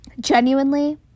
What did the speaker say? genuinely